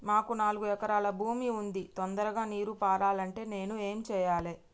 మాకు నాలుగు ఎకరాల భూమి ఉంది, తొందరగా నీరు పారాలంటే నేను ఏం చెయ్యాలే?